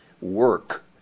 work